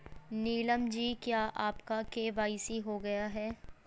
नीलम जी क्या आपका के.वाई.सी हो गया है?